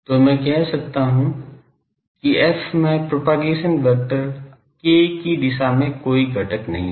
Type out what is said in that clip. तो मैं कह सकता हूं कि f में प्रोपगेशन वेक्टर k की दिशा में कोई घटक नहीं है